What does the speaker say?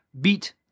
beat